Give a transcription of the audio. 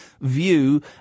View